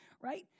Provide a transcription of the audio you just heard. right